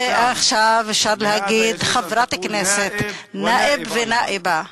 ועכשיו אפשר להגיד "חברת הכנסת" נאיב ונאיבה,